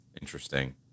Interesting